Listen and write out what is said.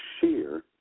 sheer